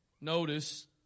Notice